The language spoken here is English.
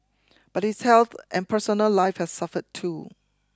but his health and personal life have suffered too